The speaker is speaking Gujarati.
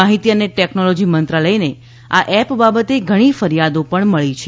માહિતી અને ટેકનોલોજી મંત્રાલયને આ એપ બાબતે ઘણી ફરિયાદો પણ મળી છે